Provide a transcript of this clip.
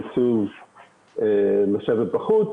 יוצאים לשבת בחוץ.